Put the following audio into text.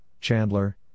Chandler